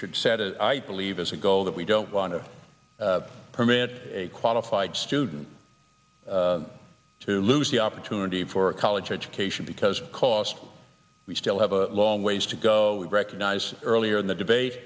should set a believe as a goal that we don't want to permit a qualified student to lose the opportunity for a college education because of cost we still have a long ways to go we recognize earlier in the debate